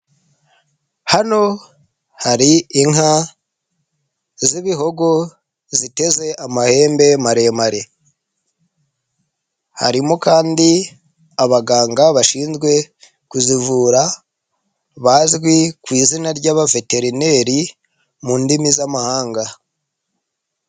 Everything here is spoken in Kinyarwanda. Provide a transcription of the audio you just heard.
Hano hari inka z'ibihogo ziteze amahembe maremare, harimo kandi abaganga bashinzwe kuzivura bazwi ku izina ry'abaveterineri mu ndimi z'amahanga.